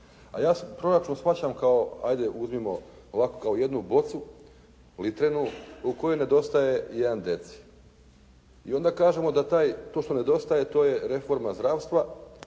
hajde uzmimo ovako kao jednu bocu, litrenu u kojoj nedostaje jedan deci. I onda kažemo da taj, to što nedostaje to je reforma zdravstva,